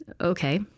okay